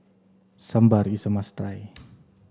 sambar is a must try